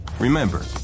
Remember